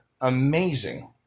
amazing